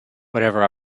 whatever